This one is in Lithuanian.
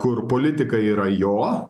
kur politika yra jo